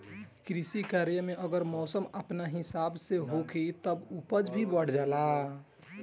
कृषि कार्य में अगर मौसम अपना हिसाब से होखी तब उपज भी बढ़ जाला